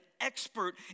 expert